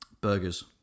burgers